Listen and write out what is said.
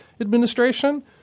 administration